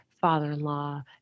father-in-law